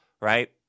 right